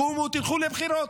קומו, תלכו לבחירות,